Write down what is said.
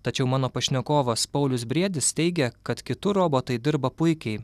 tačiau mano pašnekovas paulius briedis teigia kad kitų robotai dirba puikiai